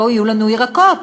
לא יהיו לנו ירקות.